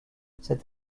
cette